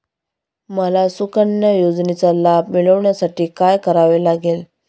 मला सुकन्या योजनेचा लाभ मिळवण्यासाठी काय करावे लागेल?